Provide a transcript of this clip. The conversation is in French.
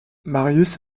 marius